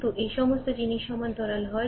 কিন্তু এই সমস্ত জিনিস সমান্তরাল হয়